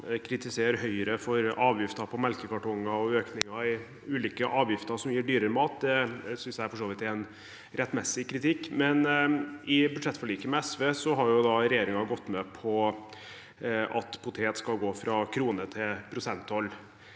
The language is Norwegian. kritisere Høyre for avgifter på melkekartonger og økninger i ulike avgifter som gir dyrere mat. Det synes jeg for så vidt er en rettmessig kritikk. I budsjettforliket med SV har regjeringen gått med på at potet skal gå fra å ha kronetoll til prosenttoll.